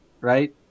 right